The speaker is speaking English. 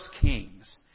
Kings